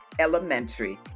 Elementary